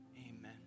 Amen